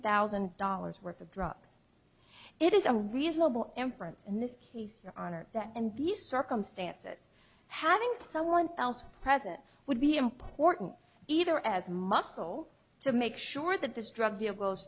thousand dollars worth of drugs it is a reasonable inference in this case honor that and these circumstances having someone else present would be important either as muscle to make sure that this drug deal goes